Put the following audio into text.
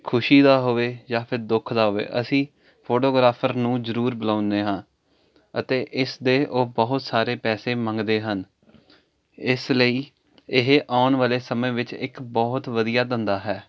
ਖੁਸ਼ੀ ਦਾ ਹੋਵੇ ਜਾਂ ਫਿਰ ਦੁੱਖ ਦਾ ਹੋਵੇ ਅਸੀਂ ਫੋਟੋਗ੍ਰਾਫਰ ਨੂੰ ਜ਼ਰੂਰ ਬੁਲਾਉਂਦੇ ਹਾਂ ਅਤੇ ਇਸ ਦੇ ਉਹ ਬਹੁਤ ਸਾਰੇ ਪੈਸੇ ਮੰਗਦੇ ਹਨ ਇਸ ਲਈ ਇਹ ਆਉਣ ਵਾਲੇ ਸਮੇਂ ਵਿੱਚ ਇੱਕ ਬਹੁਤ ਵਧੀਆ ਧੰਦਾ ਹੈ